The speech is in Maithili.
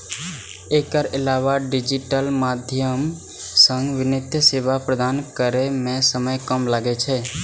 एकर अलावा डिजिटल माध्यम सं वित्तीय सेवा प्रदान करै मे समय कम लागै छै